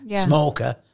smoker